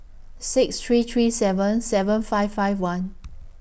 six three three seven seven five five one